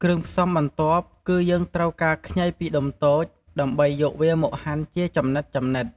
គ្រឿងផ្សំបន្ទាប់គឺ យើងត្រូវការខ្ញី២ដុំតូច ដើម្បីយកវាមកហាន់ជាចំណិតៗ។